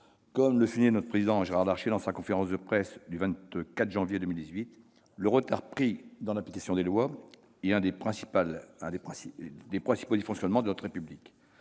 Comme le soulignait le président Gérard Larcher dans sa conférence de presse du 24 janvier 2018, « le retard pris dans l'application des lois est un des principaux dysfonctionnements de notre République